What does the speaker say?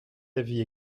avis